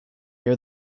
year